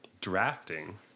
drafting